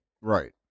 Right